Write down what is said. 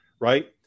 right